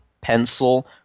pencil